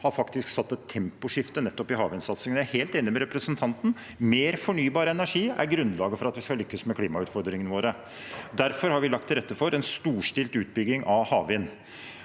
har faktisk satt et temposkifte nettopp i havvindsatsingen. Jeg er helt enig med representanten i at mer fornybar energi er grunnlaget for at vi skal lykkes med klimautfordringene våre. Derfor har vi lagt til rette for en storstilt utbygging av havvind.